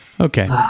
Okay